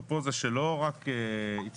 עכשיו איזה שהוא